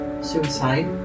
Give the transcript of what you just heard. Suicide